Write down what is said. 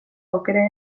aukera